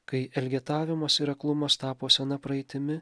kai elgetavimas ir aklumas tapo sena praeitimi